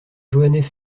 joannès